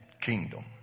kingdom